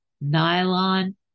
nylon